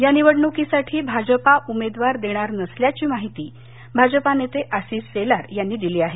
या निवडणुकीसाठी भाजपा उमेदवार देणार नसल्याची माहिती भाजप नेते आशिष शेलार यांनी दिली आहे